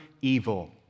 evil